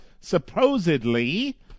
supposedly